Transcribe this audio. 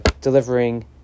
delivering